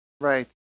Right